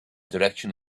direction